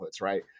right